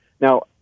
Now